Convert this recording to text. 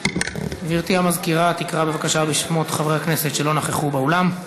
גברתי המזכירה תקרא בבקשה בשמות חברי הכנסת שלא נכחו באולם.